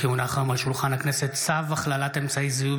כי הונח היום על שולחן הכנסת צו הכללת אמצעי זיהוי